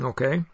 Okay